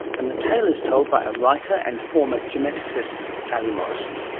and the tale is told by a writer and former geneticist, sally morrison.